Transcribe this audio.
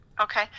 Okay